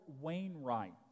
Wainwright